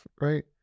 right